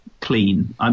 clean